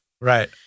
right